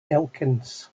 elkins